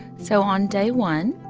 so on day one,